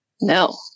No